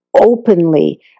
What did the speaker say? openly